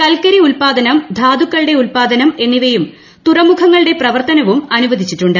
കൽക്കരി ഉത്പാദനം ധാതുക്കളുടെ ഉത്പാദനം എന്നിവയും തുറമുഖങ്ങളുടെ പ്രവർത്തനവും അനുവദിച്ചിട്ടുണ്ട്